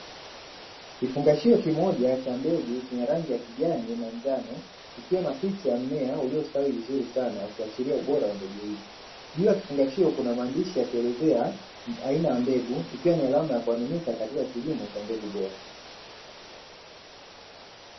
Kifungashio kimoja cha mbegu, cheme rangi ya kijani na njano, kikiwa na picha ya mmea uliostawi vizuri sana, ukiashiria ubora wa mbegu hizi. Juu ya kifungashio kuna maandishi yakielezea aina ya mbegu, ikiwa ni alama ya kuaminika katika kilimo cha mbegu bora.